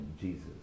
Jesus